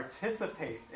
participate